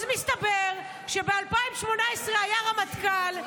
אז מסתבר שב-2018 היה רמטכ"ל,